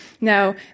Now